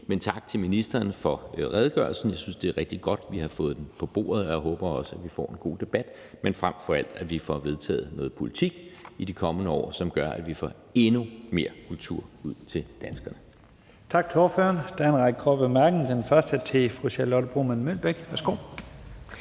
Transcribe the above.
sige tak til ministeren for redegørelsen. Jeg synes, det er rigtig godt, at vi har fået den på bordet, og jeg håber også, at vi får en god debat, men frem for alt håber jeg, at vi får vedtaget noget politik i de kommende år, som gør, at vi får endnu mere kultur ud til danskerne. Kl. 11:52 Første næstformand (Leif Lahn Jensen): Tak til ordføreren. Der er en række korte bemærkninger. Den første er til fru Charlotte Broman Mølbæk. Værsgo.